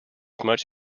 much